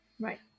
right